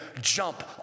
jump